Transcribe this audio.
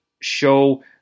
Show